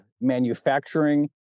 manufacturing